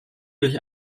durch